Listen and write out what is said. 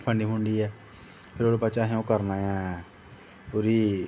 Fundy फुंडियै फिर ओह्दे बाद च असें ओह् करना ऐ थोह्ड़ी